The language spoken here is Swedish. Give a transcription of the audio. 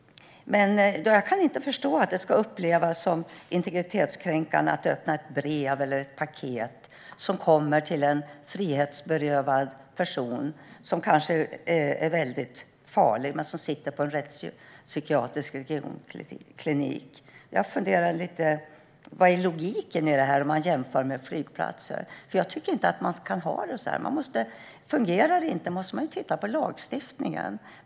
Jag kan inte förstå att det skulle upplevas som integritetskränkande att brev eller paket öppnas när det kommer till en frihetsberövad person, som kanske är väldigt farlig och som sitter på en rättspsykiatrisk klinik. Vad är logiken i detta, om man jämför med flygplatser? Jag tycker inte att man kan ha det så här. Fungerar det inte måste man titta på lagstiftningen.